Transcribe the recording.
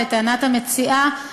לטענת המציעה,